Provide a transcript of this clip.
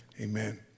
Amen